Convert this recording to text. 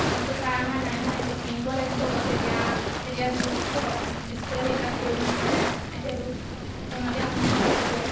অঁ আছে ছাৰ আমাৰ নাই নহয় এতিয়াও কিনিব লাগিব কৈছে এতিয়া এতিয়াতো ঘৰ স্কুল আহি ক্লাছ কৰিব নোৱাৰে এতিয়াতো ফোনতে অনলাইন ক্লাছ হ'ব